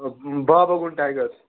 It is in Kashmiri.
بابا گُنٛڈ ٹایگٲرٕس